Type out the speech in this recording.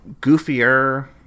goofier